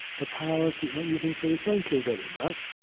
the powers did not even say thank you very much,